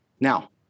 Now